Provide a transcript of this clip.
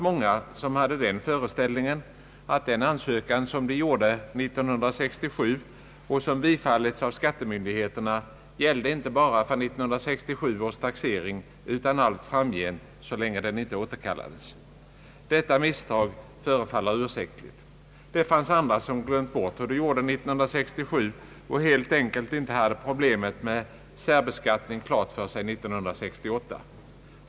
Många hade den föreställningen att den ansökan de ingav 1967 — och som bifallits av skattemyndigheterna — gällde inte bara för 1967 års taxering utan allt framgent så länge den inte återkallades. Detta misstag förefaller ursäktligt. Det fanns andra människor som glömt bort hur de gjorde 1967 och helt enkelt inte har problemet med särbeskattning klart för sig 1968.